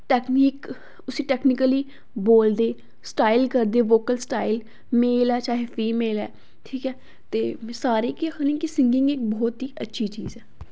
technique उसी technically बोलदे style करदे वोकल स्टाइल मेल ऐ चाहे फीमेल ऐ ठीक ऐ ते में सारें गी आक्खनी की सिंगिंग इक्क बहुत ही अच्छी चीज ऐ